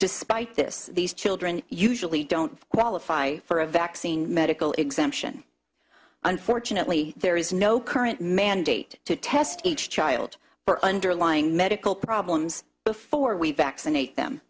despite this these children usually don't qualify for a vaccine medical exemption unfortunately there is no current mandate to test each child for underlying medical problems before we vaccinate them